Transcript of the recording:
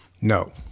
No